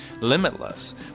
limitless